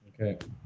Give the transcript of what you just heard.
Okay